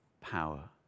power